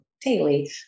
daily